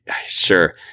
Sure